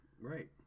Right